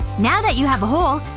now that you have a hole,